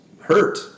Hurt